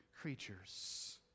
creatures